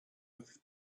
with